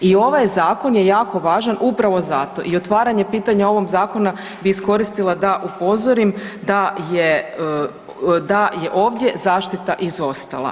I ovaj zakon je jako važan upravo zato i otvaranje pitanja ovog zakona bi iskoristila da upozorim da je ovdje zaštita izostala.